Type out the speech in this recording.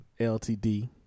Ltd